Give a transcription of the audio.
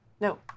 No